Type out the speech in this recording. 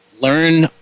learn